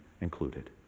included